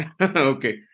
Okay